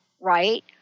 right